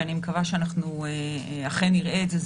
ואני מקווה שאנחנו אכן נראה את זה,